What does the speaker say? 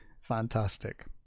Fantastic